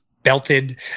belted